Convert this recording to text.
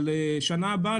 בשנה הבאה,